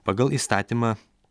pagal įstatymą